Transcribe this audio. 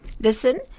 listen